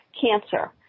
cancer